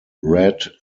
read